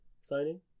signing